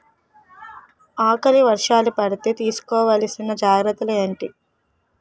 ఆకలి వర్షాలు పడితే తీస్కో వలసిన జాగ్రత్తలు ఏంటి?